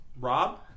Rob